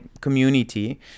community